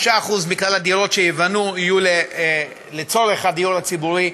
5% מכלל הדירות שייבנו יהיו לצורך דיור ציבורי,